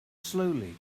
slowly